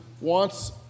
wants